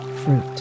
fruit